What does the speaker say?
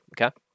Okay